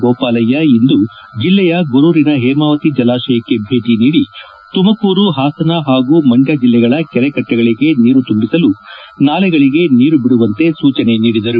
ಗೋಪಾಲಯ್ಯ ಇಂದು ಜಿಲ್ಲೆಯ ಗೊರೂರಿನ ಹೇಮಾವತಿ ಜಲಾಶಯಕ್ಕೆ ಭೇಟಿ ನೀದಿ ತುಮಕೂರು ಹಾಸನ ಹಾಗೂ ಮಂಡ್ಯ ಜಿಲ್ಲೆಗಳ ಕೆರೆಕಟ್ಟೆಗಳಿಗೆ ನೀರು ತುಂಬಿಸಲು ನಾಲೆಗಳಿಗೆ ನೀರು ಬಿಡುವಂತೆ ಸೂಚನೆ ನೀಡಿದರು